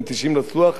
בן 90 לשוח,